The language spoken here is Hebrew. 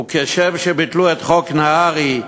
וכשם שביטלו את חוק נהרי,